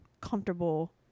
comfortable